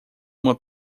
uma